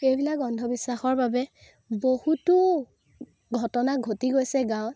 এইবিলাক অন্ধবিশ্বাসৰ বাবে বহুতো ঘটনা ঘটি গৈছে গাঁৱত